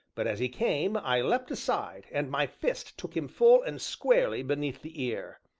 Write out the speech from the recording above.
but as he came, i leapt aside, and my fist took him full and squarely beneath the ear.